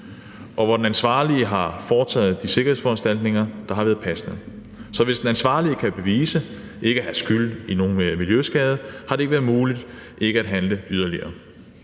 og hvor den ansvarlige har foretaget de sikkerhedsforanstaltninger, der har været passende. Så hvis den ansvarlige kan bevise ikke at have skyld i nogen miljøskade, har det ikke været muligt at handle yderligere.